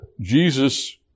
Jesus